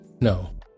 No